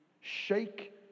Shake